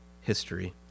history